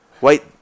Wait